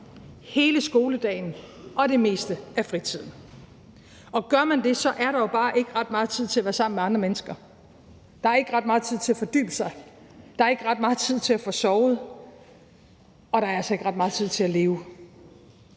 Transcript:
hele skoledagen og det meste af fritiden. Og gør man det, er der bare ikke ret meget tid til at være sammen med andre mennesker. Der er ikke ret meget tid til at fordybe sig, der er ikke ret meget tid til at få sovet, og der er altså ikke ret meget tid til at leve.